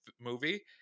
movie